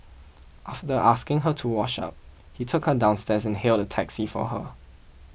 after asking her to wash up he took her downstairs and hailed a taxi for her